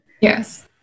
Yes